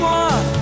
one